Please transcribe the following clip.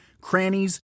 crannies